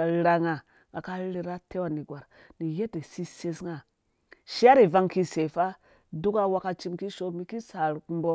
arherha nga nga ka rherhe na ateu nerhgwar nu yadda sisei nga shai rhhi ivang ki sei fa duk awekaci mum kishoo mum ki sarhuku mbɔ